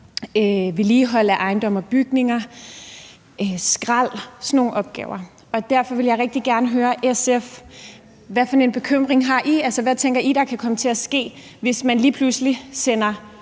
vedligehold af ejendomme og bygninger, indsamling af skrald og sådan nogle opgaver. Derfor vil jeg rigtig gerne høre SF: Hvad for en bekymring har I? Hvad tænker I der kan komme til at ske, hvis man lige pludselig sender